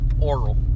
Oral